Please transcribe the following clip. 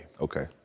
Okay